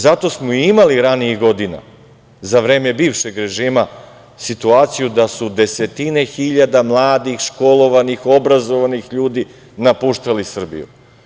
Zato smo imali ranijih godina za vreme bivšeg režima situaciju da su desetine hiljada mladih, školovanih, obrazovanih ljudi napuštali Srbiju.